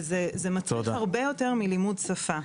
וזה מצריך הרבה יותר מלימוד שפה.